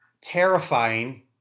terrifying